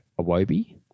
Awobi